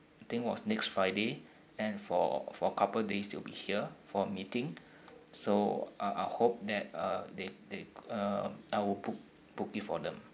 think was next friday and for for a couple days they'll be here for meeting so uh I hope that uh they they um I will book book it for them